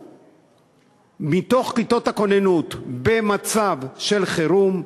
מתוך כיתות הכוננות במצב של חירום.